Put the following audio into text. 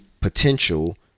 potential